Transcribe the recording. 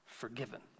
Forgiven